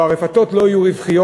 או שהרפתות לא יהיו רווחיות,